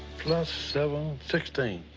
plus seven sixteen.